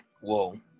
whoa